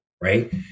right